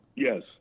Yes